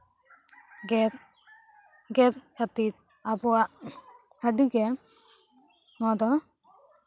ᱜᱮᱨ ᱜᱮᱜᱮᱨ ᱠᱷᱟᱹᱛᱤᱨ ᱟᱵᱚᱣᱟᱜ ᱟᱹᱰᱤᱜᱮ ᱱᱚᱣᱟ ᱫᱚ